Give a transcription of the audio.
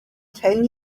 ten